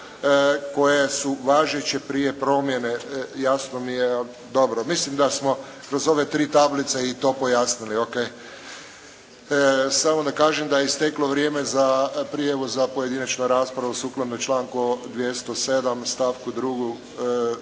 koje su važeće prije promjene, jasno mi je, ali dobro, mislim da smo kroz ove tri tablice i to pojasnili, o.k. Samo da kažem da je isteklo vrijeme za prijavu za pojedinačnu raspravu sukladno članku 207. stavku 2.